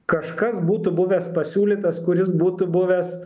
kažkas būtų buvęs pasiūlytas kuris būtų buvęs